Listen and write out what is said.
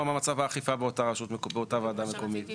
מה מצב האיכפה באותה וועדה מקומית.